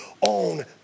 on